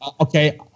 Okay